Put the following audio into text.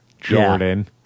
Jordan